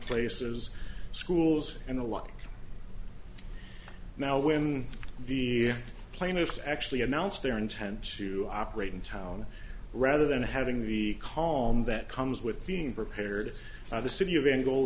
places schools and the like now when the plaintiffs actually announced their intent to operate in town rather than having the calm that comes with being prepared by the city of eng